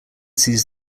sees